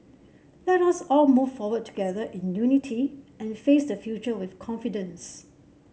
let us all move forward together in unity and face the future with confidence